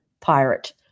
pirate